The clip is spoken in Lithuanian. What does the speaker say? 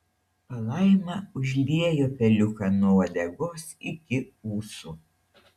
palaima užliejo peliuką nuo uodegos iki ūsų